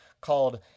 called